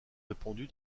répandu